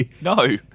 No